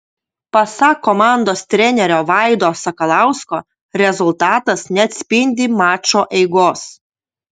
pasak komandos trenerio vaido sakalausko rezultatas neatspindi mačo eigos